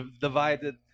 divided